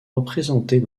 représentés